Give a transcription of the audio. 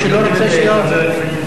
מי שלא רוצה, שלא ירצה.